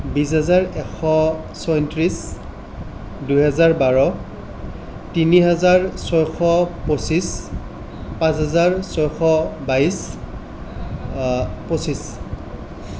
বিছ হাজাৰ এশ চয়ত্ৰিছ দুহেজাৰ বাৰ তিনি হাজাৰ ছয়শ পঁচিছ পাঁচ হাজাৰ ছয়শ বাইছ পঁচিছ